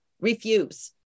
refuse